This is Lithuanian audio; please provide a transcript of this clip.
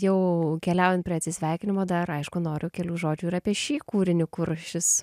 jau keliaujan prie atsisveikinimo dar aišku noriu kelių žodžių ir apie šį kūrinį kur šis